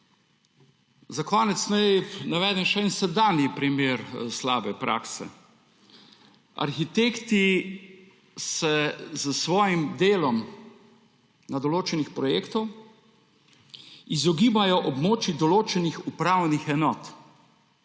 Za konec naj navedem še en sedanji primer slabe prakse. Arhitekti se s svojim delom na določenih projektih izogibajo območij določenih upravnih enot,